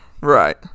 Right